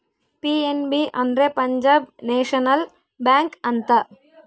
PNB ಅಂದ್ರೆ Punjab national bank ಅಂತ